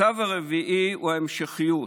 הצו הרביעי הוא ההמשכיות.